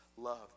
Love